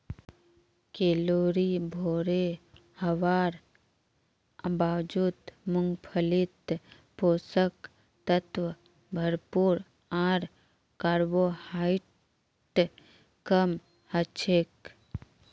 calorie भोरे हवार बावजूद मूंगफलीत पोषक तत्व भरपूर आर कार्बोहाइड्रेट कम हछेक